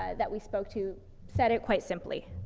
ah that we spoke to said it quite simply.